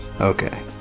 Okay